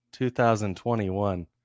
2021